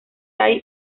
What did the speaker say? tai